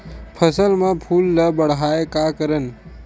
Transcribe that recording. फसल म फूल ल बढ़ाय का करन?